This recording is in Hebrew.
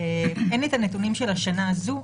את הנתונים של השנה הזו,